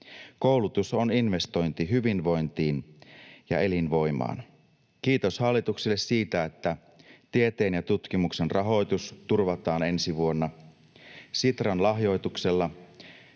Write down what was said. Koulutus on investointi hyvinvointiin ja elinvoimaan. Kiitos hallitukselle siitä, että tieteen ja tutkimuksen rahoitus turvataan ensi vuonna. Sitran lahjoituksella